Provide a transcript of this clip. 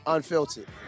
Unfiltered